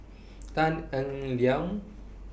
Tan Eng Liang